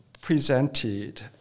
presented